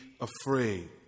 afraid